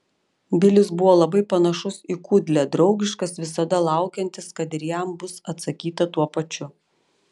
bilis buvo labai panašus į kudlę draugiškas visada laukiantis kad ir jam bus atsakyta tuo pačiu